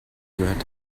gehört